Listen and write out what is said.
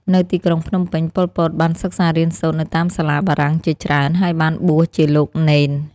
នៅទីក្រុងភ្នំពេញ ប៉ុល ពត បានសិក្សារៀនសូត្រនៅតាមសាលាបារាំងជាច្រើន ហើយបានបួសជាលោកនេន។